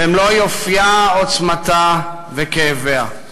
במלוא יופייה, עוצמתה וכאביה.